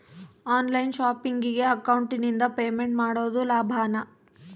On line ಶಾಪಿಂಗಿಗೆ ಅಕೌಂಟಿಂದ payment ಮಾಡೋದು ಲಾಭಾನ?